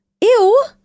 ew